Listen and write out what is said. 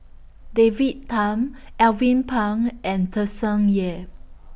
David Tham Alvin Pang and Tsung Yeh